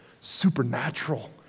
supernatural